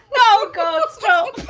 oh god so